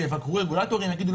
לא,